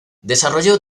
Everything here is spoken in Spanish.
desarrolló